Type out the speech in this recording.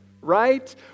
right